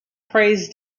praised